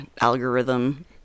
algorithm